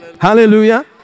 Hallelujah